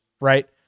right